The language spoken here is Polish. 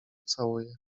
całuje